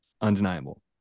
Undeniable